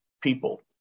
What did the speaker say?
people